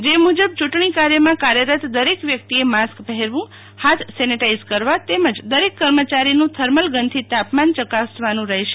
જે મુજબ ચુટણી કાર્યમાં કાર્યરત દરેક વ્યકિતએ માસ્ક પહેરવું હાથ સેનેટાઈઝ કરવું તેમજ દરેક કર્મચારીન થર્મલ ગનથી તાપમાન ચકાસવાનું રહેશે